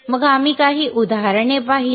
मग आम्ही काही उदाहरणे पाहिली